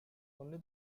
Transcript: only